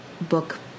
book